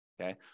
Okay